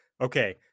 Okay